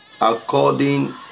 according